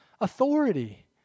authority